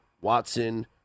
Watson